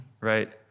right